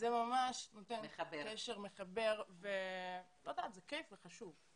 זה מחבר בין האנשים, זה כיף וזה חשוב.